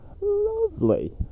lovely